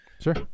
Sure